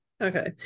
okay